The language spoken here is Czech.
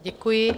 Děkuji.